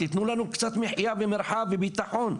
תתנו לנו קצת מחייה ומרחב וביטחון,